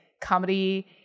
comedy